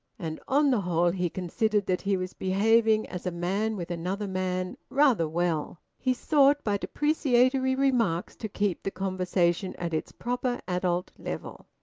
and on the whole he considered that he was behaving as a man with another man rather well. he sought by depreciatory remarks to keep the conversation at its proper adult level.